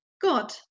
god